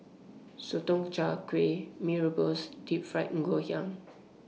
Sotong Char Kway Mee Rebus and Deep Fried Ngoh Hiang